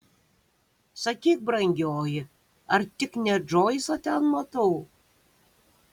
sakyk brangioji ar tik ne džoisą ten matau